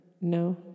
No